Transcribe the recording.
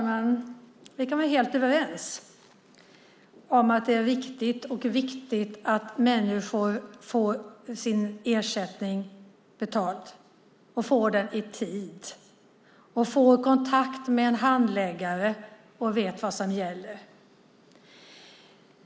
Fru talman! Vi kan vara helt överens om att det är riktigt och viktigt att människor får sin ersättning betald, får den i tid, får kontakt med en handläggare och vet vad som gäller.